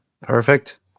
Perfect